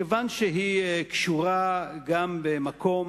כיוון שהיא קשורה גם במקום,